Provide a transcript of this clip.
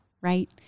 right